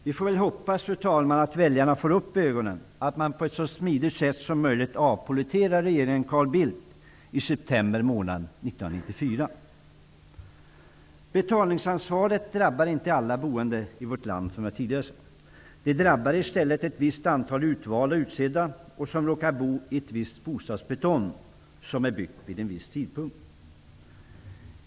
Vi får väl hoppas att väljarna får upp ögonen och att de på ett så smidigt sätt som möjligt avpolletterar regeringen Carl Bildt i september månad 1994. Betalningsansvaret drabbar inte alla boende i vårt land, som jag tidigare sagt. Det drabbar i stället ett visst antal utvalda och utsedda som råkar bo i ett visst bostadsbestånd byggt vid en viss tidpunkt.